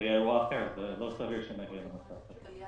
זה אירוע אחר, לא צריך שנגיע למצב כזה.